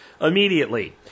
immediately